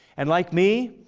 and like me,